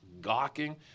gawking